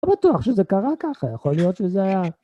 ‫לא בטוח שזה קרה ככה, ‫יכול להיות שזה היה...